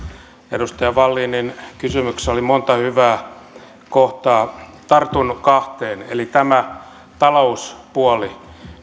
edustaja wallinin kysymyksessä oli monta hyvää kohtaa tartun kahteen eli tämä talouspuoli